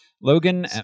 Logan